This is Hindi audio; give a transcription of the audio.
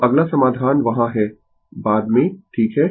तो अगला समाधान वहाँ है बाद में ठीक है